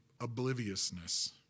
obliviousness